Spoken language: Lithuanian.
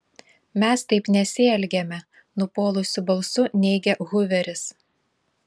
mes taip nesielgiame nupuolusiu balsu neigia huveris